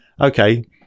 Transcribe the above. okay